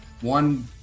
one